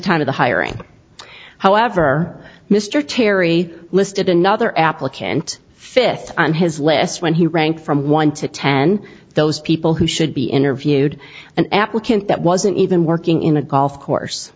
time of the hiring however mr terry listed another applicant fifth on his list when he ranked from one to ten those people who should be interviewed an applicant that wasn't even working in a golf course